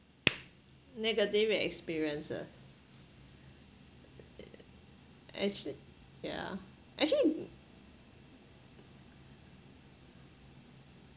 negative experiences actually yeah actually